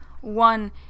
one